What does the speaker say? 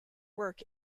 work